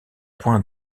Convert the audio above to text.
point